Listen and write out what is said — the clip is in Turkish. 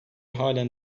halen